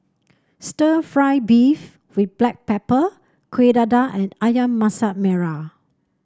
stir fry beef with Black Pepper Kuih Dadar and ayam Masak Merah